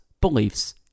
Beliefs